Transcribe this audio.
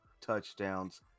touchdowns